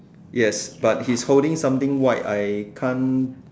yes but he is holding something white I can't